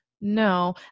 No